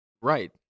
right